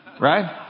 Right